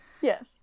Yes